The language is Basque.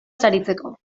saritzeko